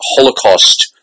Holocaust